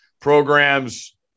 programs